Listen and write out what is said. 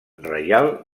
reial